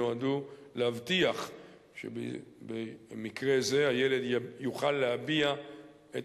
שנועדו להבטיח שבמקרה זה הילד יוכל להביע את